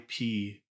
IP